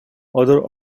other